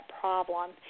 problem